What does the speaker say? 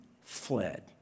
fled